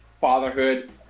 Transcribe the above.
fatherhood